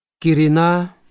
kirina